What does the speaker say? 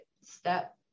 step